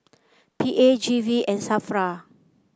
P A G V and Safra